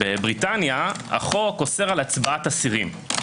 בבריטניה החוק אוסר על הצבעת אסירים.